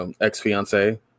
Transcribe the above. ex-fiance